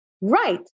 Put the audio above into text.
Right